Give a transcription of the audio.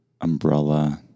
Umbrella